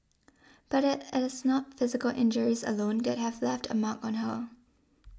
but it it is not physical injuries alone that have left a mark on her